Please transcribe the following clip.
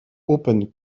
open